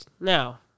Now